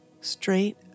straight